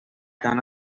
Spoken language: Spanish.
están